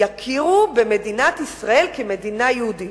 יכירו במדינת ישראל כמדינה יהודית.